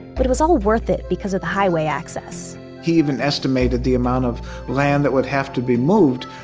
but it was all worth it because of the highway access he even estimated the amount of land that would have to be moved.